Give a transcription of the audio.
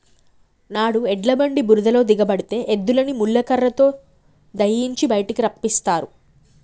నాడు ఎడ్ల బండి బురదలో దిగబడితే ఎద్దులని ముళ్ళ కర్రతో దయియించి బయటికి రప్పిస్తారు